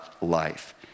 life